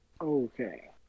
Okay